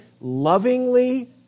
lovingly